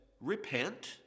repent